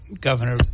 Governor